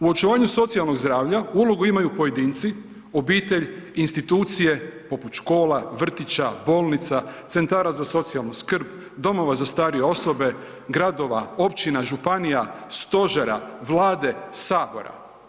U očuvanju socijalnog zdravlja ulogu imaju pojedinci, obitelj, institucije poput škola, vrtića, bolnica, centara za socijalnu skrb, domova za starije osobe, gradova, općina, županija, stožera, vlade, sabora.